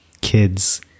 kids